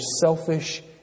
selfish